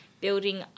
building